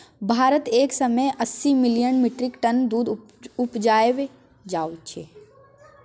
भारत एक सय अस्सी मिलियन मीट्रिक टन दुध उपजाबै छै